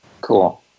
Cool